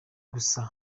gusa